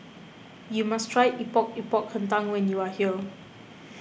you must try Epok Epok Kentang when you are here